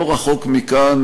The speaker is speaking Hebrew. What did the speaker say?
לא רחוק מכאן,